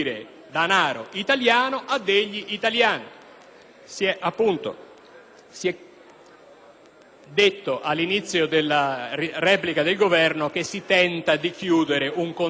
Si è detto, all'inizio della replica del Governo, che si tenta di chiudere un contenzioso avviato nel 1911.